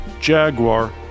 Jaguar